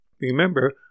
Remember